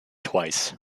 twice